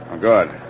Good